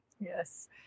yes